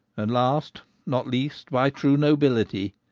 and last not least, by true nobility.